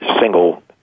single